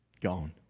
Gone